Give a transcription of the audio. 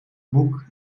boek